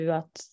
att